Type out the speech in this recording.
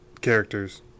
characters